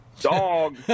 dog